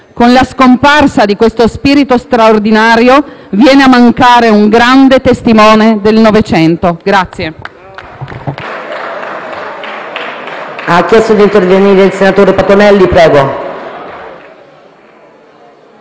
Con la scomparsa di questo spirito straordinario viene a mancare un grande testimone del Novecento.